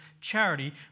charity